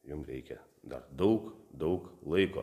jum reikia dar daug daug laiko